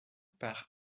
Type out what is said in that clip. par